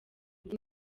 nzi